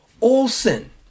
Olson